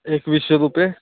एकवीसशे रुपये